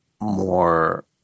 more